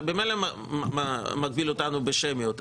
אתה ממילא מגביל אותנו בשמיות,